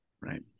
right